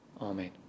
Amen